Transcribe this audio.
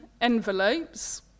envelopes